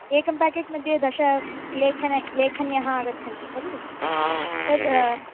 एकं पेकेट् मध्ये दश लेखन्यः लेखन्यः आगच्छन्ति खलु तद्